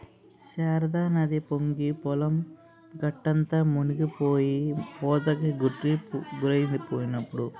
శారదానది పొంగి పొలం గట్టంతా మునిపోయి కోతకి గురైందిప్పుడు